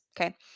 okay